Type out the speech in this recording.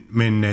men